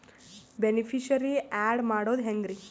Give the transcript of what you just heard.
Beneficiary, add ಮಾಡೋದು ಹೆಂಗ್ರಿ?